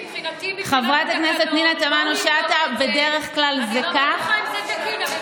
מבחינתי, מבחינת התקנון, בואו נבדוק את זה.